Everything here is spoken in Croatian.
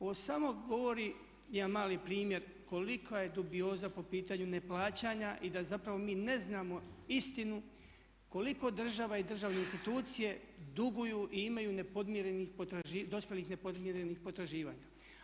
Ovo samo govori jedan mali primjer kolika je dubioza po pitanju neplaćanja i da zapravo mi ne znamo istinu koliko država i državne institucije duguju i imaju nepodmirenih, dospjelih nepodmirenih potraživanja.